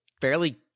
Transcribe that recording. fairly